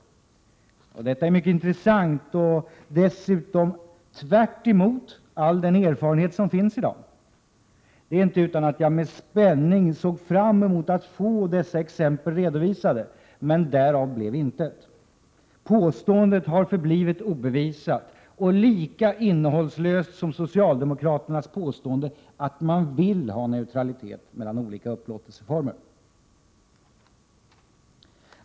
Detta är mycket intressant och det är dessutom tvärtemot all den erfarenhet som finns i dag. Det är inte utan att jag med spänning såg fram mot att få dessa exempel redovisade. Men därav blev intet. Påståendet har förblivit obevisat och lika innehållslöst som socialdemokraternas påstående att man vill ha neutralitet mellan olika upplåtelseformer.